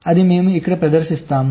అది మేము ఇక్కడ ప్రదర్శిస్తాము